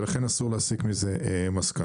ולכן אסור להסיק מזה מסקנות.